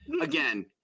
again